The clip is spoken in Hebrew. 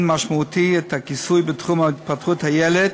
משמעותי את הכיסוי בתחום התפתחות הילד,